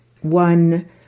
one